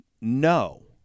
no